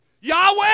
Yahweh